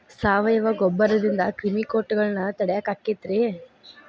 ಸಾವಯವ ಗೊಬ್ಬರದಿಂದ ಕ್ರಿಮಿಕೇಟಗೊಳ್ನ ತಡಿಯಾಕ ಆಕ್ಕೆತಿ ರೇ?